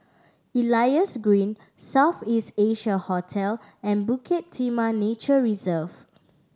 Elias Green South East Asia Hotel and Bukit Timah Nature Reserve